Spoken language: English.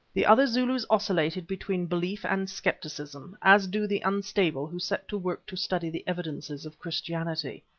the other zulus oscillated between belief and scepticism, as do the unstable who set to work to study the evidences of christianity.